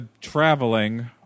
traveling